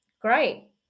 great